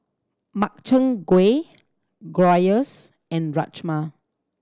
Makchang Gui Gyros and Rajma